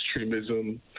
extremism